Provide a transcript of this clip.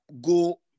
go